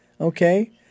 okay